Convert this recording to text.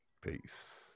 Peace